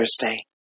Thursday